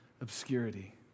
obscurity